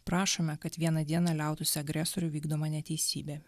prašome kad vieną dieną liautųsi agresorių vykdoma neteisybė